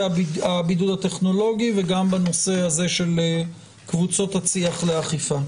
הבידוד הטכנולוגי וגם בנושא של קבוצות הצי"ח לאכיפה?